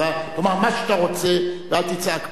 תאמר מה שאתה רוצה ואל תצעק פה.